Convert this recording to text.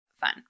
fun